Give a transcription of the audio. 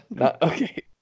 Okay